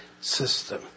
system